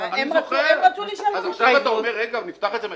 אז עכשיו אתה אומר: רגע, נפתח את זה מחדש?